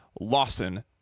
lawson